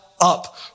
up